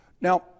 Now